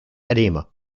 edema